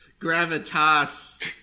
gravitas